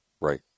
Right